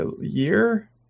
year